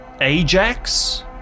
Ajax